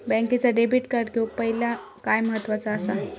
बँकेचा debit card घेउक पाहिले काय महत्वाचा असा?